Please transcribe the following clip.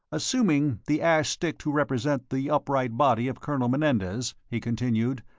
assuming the ash stick to represent the upright body of colonel menendez, he continued,